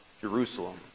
Jerusalem